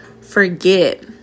forget